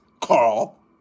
Carl